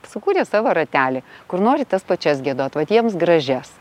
sukūrė savo ratelį kur nori tas pačias giedot vat jiems gražias